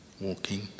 walking